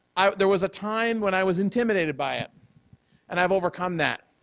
i there was a time when i was intimidated by it and i've overcome that.